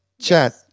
Chat